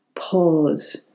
pause